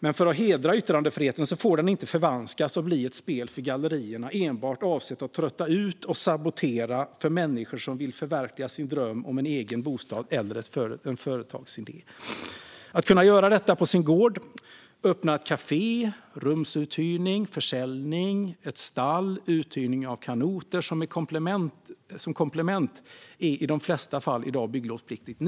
men för att hedra yttrandefriheten får rätten att överklaga inte förvanskas och bli ett spel för gallerierna, enbart avsett att trötta ut och sabotera för människor som vill förverkliga sin dröm om en egen bostad eller en företagsidé. Att på sin gård öppna ett kafé, hyra ut rum, idka försäljning, ha ett stall eller uthyrning av kanoter som komplement är i de flesta fall bygglovspliktigt.